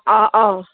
অঁ অঁ